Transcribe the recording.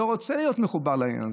לא רוצה להיות מחובר לעניין הזה,